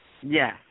Yes